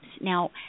Now